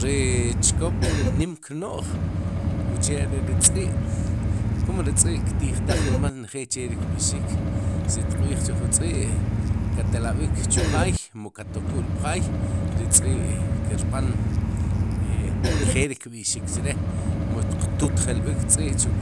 Ri chkop nim kno'j, uche are ri trz'i' kum ri tz'i' ktijtaj rmal njel che ri kb'ixik si tqb'ij chu jun tz'i' katela'b'ik chu jaay mu ka toku'l pjaay ri tz'i' kir b'an njel ri kb'ixik chre mu qtutjelb'ik tz'i' chu